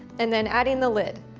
and then adding the lid.